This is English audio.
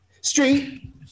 Street